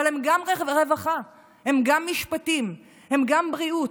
אבל הם גם רווחה, הם גם משפטים, הם גם בריאות.